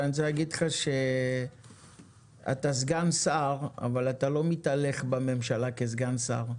ואני רוצה להגיד לך שאתה סגן שר אבל אתה לא מתהלך בממשלה כסגן שר,